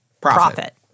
profit